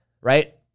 right